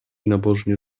nabożnie